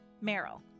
Merrill